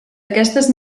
aquestes